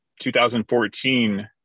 2014